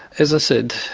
as i said,